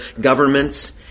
Governments